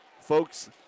folks